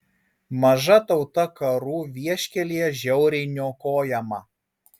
maža tauta karų vieškelyje žiauriai niokojama